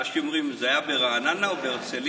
אנשים אומרים: אם זה היה ברעננה או בהרצליה,